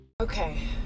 okay